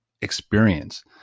experience